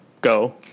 go